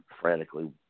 frantically